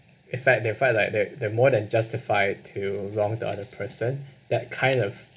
in fact they felt like they're they're more than justified to wrong the other person that kind of